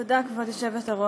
תודה, כבוד היושבת-ראש.